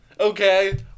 Okay